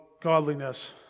godliness